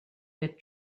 get